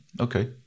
okay